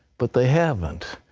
but they haven't.